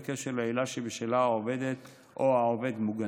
בקשר לעילה שבשלה העובדת או העובד מוגנים.